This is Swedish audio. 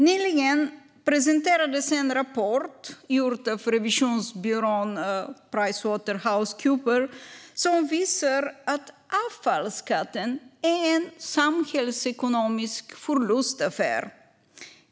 Nyligen presenterades en rapport gjord av revisionsbyrån Pricewaterhousecoopers. Den visar att avfallsskatten är en samhällsekonomisk förlustaffär.